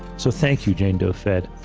so, thank you, jane doe fed,